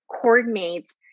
coordinates